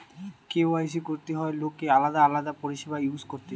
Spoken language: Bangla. কে.ওয়াই.সি করতে হয় লোককে আলাদা আলাদা পরিষেবা ইউজ করতে